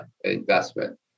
investment